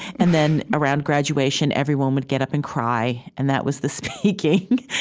and then around graduation, everyone would get up and cry and that was the speaking